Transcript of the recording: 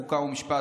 חוקה ומשפט,